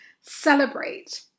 celebrate